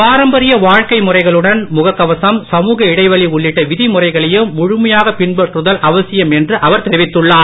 பாரம்பரிய வாழ்க்கை முறைகளுடன் முகக் கவசம் சமூக இடைவெளி உள்ளிட்ட விதிமுறைகளையும் முழுமையாக பின்பற்றுதல் அவசியம் என்று அவர் தெரிவித்துள்ளார்